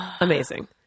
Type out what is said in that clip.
amazing